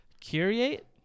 Curate